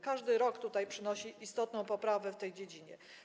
Każdy rok przynosi istotną poprawę w tej dziedzinie.